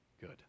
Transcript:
good